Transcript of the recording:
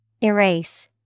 Erase